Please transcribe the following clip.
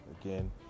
again